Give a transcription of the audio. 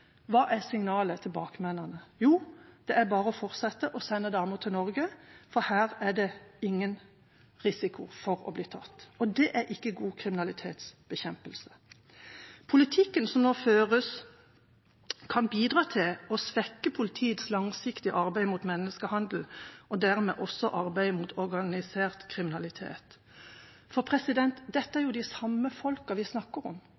Hva er signalet til bakmennene? Jo, det er bare å fortsette å sende damer til Norge, for her er det ingen risiko for å bli tatt. Og det er ikke god kriminalitetsbekjempelse. Politikken som nå føres, kan bidra til å svekke politiets langsiktige arbeid mot menneskehandel og dermed også arbeidet mot organisert kriminalitet, for det er de samme folkene vi snakker om.